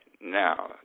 now